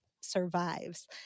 survives